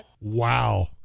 Wow